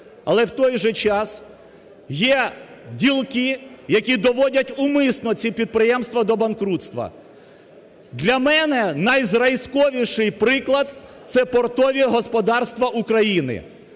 але в той же час є ділки, які доводять умисно ці підприємства до банкрутства. Для мене найзразковіший приклад – це портові господарства України,